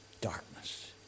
Darkness